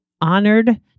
honored